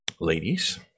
Ladies